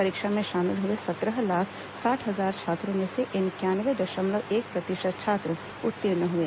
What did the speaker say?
परीक्षा में शामिल हुए सत्रह लाख साठ हजार छात्रों में से इंक्यानवे दशमलव एक प्रतिशत छात्र उत्तीर्ण हुए